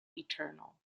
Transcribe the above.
eternal